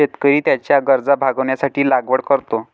शेतकरी त्याच्या गरजा भागविण्यासाठी लागवड करतो